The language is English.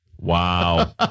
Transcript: Wow